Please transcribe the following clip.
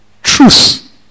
Truth